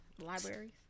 Libraries